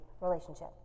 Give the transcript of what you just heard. relationship